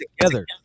together